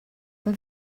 ond